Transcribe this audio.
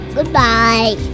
Goodbye